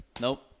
Nope